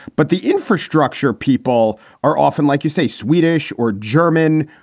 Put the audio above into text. but the infrastructure people are often, like you say, swedish or german.